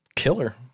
killer